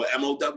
MOW